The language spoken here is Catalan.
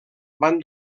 van